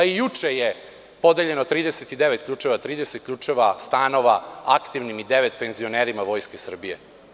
I juče je podeljeno 39 ključeva od stanova, 30 ključeva aktivnim i devet penzionerima Vojske Srbije.